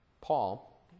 Paul